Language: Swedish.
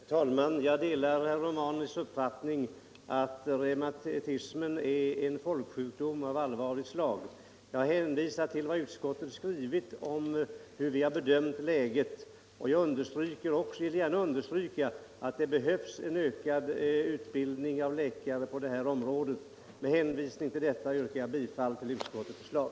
Herr talman! Jag delar herr Romanus uppfattning att reumatismen 159 är en folksjukdom av allvarligt slag. Med hänvisning till vad utskottet har skrivit om hur vi har bedömt läget vill också jag understryka att det behövs en ökad utbildning av läkare på detta område. Med detta yrkar jag bifall till utskottets förslag.